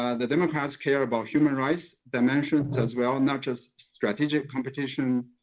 the democrats care about human rights dimensions as well, and not just strategic competition.